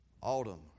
autumn